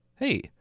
Hey